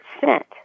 sent